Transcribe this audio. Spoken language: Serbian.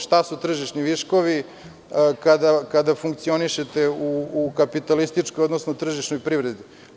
Šta su tržišni viškovi kada funkcionišete u kapitalističkoj odnosno tržišnoj privredi?